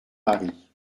marie